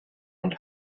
und